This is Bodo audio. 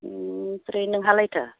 ओमफ्राय नोंहालायथो